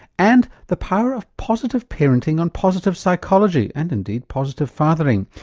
and the power of positive parenting on positive psychology and indeed positive fathering.